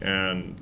and